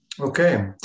Okay